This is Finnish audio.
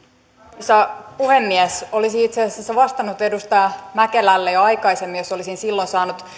arvoisa puhemies olisin itse asiassa vastannut edustaja mäkelälle jo aikaisemmin jos olisin silloin saanut